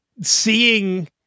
Seeing